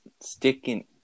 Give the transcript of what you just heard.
Sticking